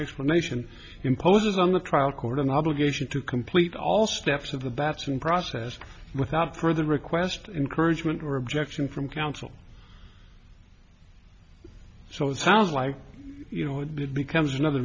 explanation imposes on the trial court an obligation to complete all steps of the bateson process without further request encouragement or objection from counsel so it sounds like you know it becomes another